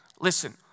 listen